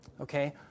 okay